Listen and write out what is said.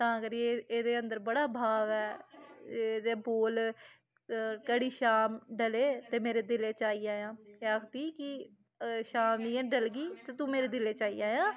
तां करियै एह्दे अंदर बड़ा भाव ऐ एह्दे बोल कड़ी शाम डले ते मेरे दिलै च आई जायां एह् आखदी कि शाम इयां डलगी ते तूं मेरे दिलै च आई जायां